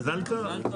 מזל טוב.